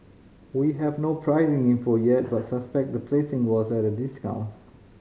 we have no pricing info yet but suspect the placing was at a discount